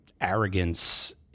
arrogance